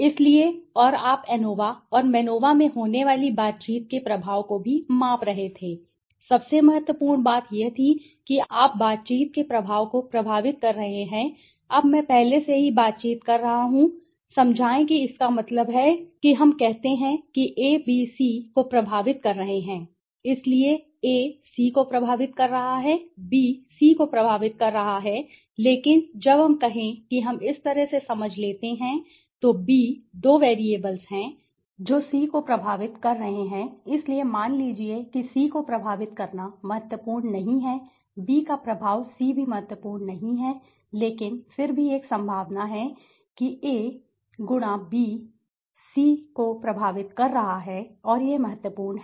इसलिए और आप एनोवा और मैनोवा में होने वाली बातचीत के प्रभाव को भी माप रहे थे सबसे महत्वपूर्ण बात यह थी कि आप बातचीत के प्रभाव को प्रभावित कर रहे हैं अब मैं पहले से ही बातचीत कर रहा था समझाएं कि इसका मतलब है कि हम कहते हैं कि a b c को प्रभावित कर रहे हैं इसलिए a c को प्रभावित कर रहा है b c को प्रभावित कर रहा है लेकिन जब हम कहें कि हम इस तरह से समझ लेते हैं तो b दो वैरिएबल्स हैं जो c को प्रभावित कर रहे हैं इसलिए मान लीजिए कि c को प्रभावित करना महत्वपूर्ण नहीं है b का प्रभाव c भी महत्वपूर्ण नहीं है लेकिन फिर भी एक संभावना है कि a b c को प्रभावित कर रहा है और यह महत्वपूर्ण है